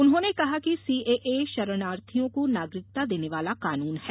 उन्होंने कहा कि सीएए शरणार्थियों को नागरिकता देने वाला कानून है